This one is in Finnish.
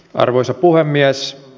arvoisa puhemies